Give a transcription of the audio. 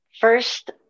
first